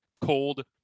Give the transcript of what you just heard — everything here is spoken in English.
cold